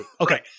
Okay